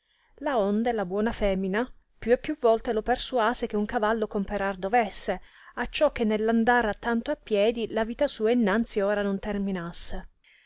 piedi laonde la buona femina più e più volte lo persuase che un cavallo comperar dovesse acciò che nell'andar tanto a piedi la vita sua innanzi ora non terminasse